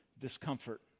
discomfort